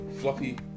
Fluffy